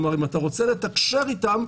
כלומר, אם אתה רוצה לתקשר איתם,